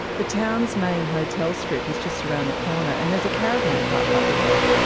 the town's main hotel strip is just around the corner, and there's a caravan park up the road.